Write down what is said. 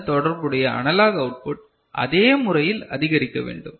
அதன் தொடர்புடைய analog output அதே முறையில் அதிகரிக்க வேண்டும்